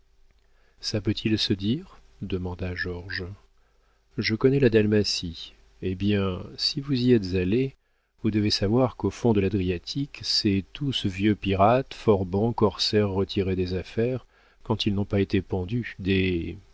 ça peut-il se dire demanda georges je connais la dalmatie eh bien si vous y êtes allé vous devez savoir qu'au fond de l'adriatique c'est tous vieux pirates forbans corsaires retirés des affaires quand ils n'ont pas été pendus des